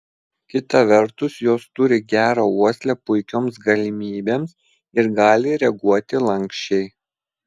kita vertus jos turi gerą uoslę puikioms galimybėms ir gali reaguoti lanksčiai